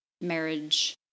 marriage